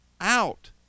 out